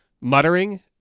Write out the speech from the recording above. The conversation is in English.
muttering